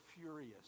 furious